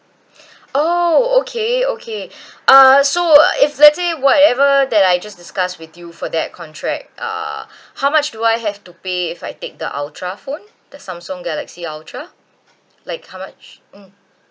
oh okay okay uh so if let's say whatever that I just discussed with you for that contract uh how much do I have to pay if I take the ultra phone the samsung galaxy ultra like how much mm